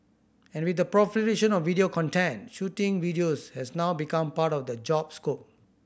and with the proliferation of video content shooting videos has now become part of the job scope